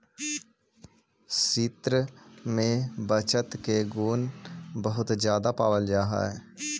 स्त्रि में बचत के गुण बहुत ज्यादा पावल जा हई